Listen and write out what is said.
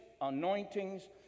anointings